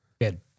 Good